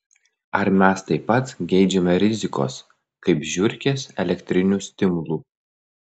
ar mes taip pat geidžiame rizikos kaip žiurkės elektrinių stimulų